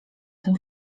tym